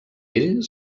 ell